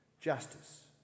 Justice